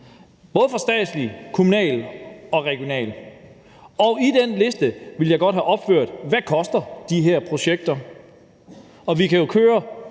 både statslige, kommunale og regionale. Og på den liste vil jeg godt have, at der står opført, hvad de her projekter koster. Vi kan jo gå